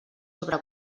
sobre